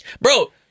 Bro